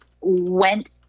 went